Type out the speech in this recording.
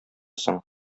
соң